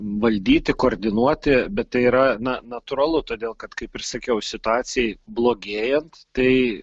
valdyti koordinuoti bet tai yra na natūralu todėl kad kaip ir sakiau situacijai blogėjant tai